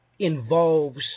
involves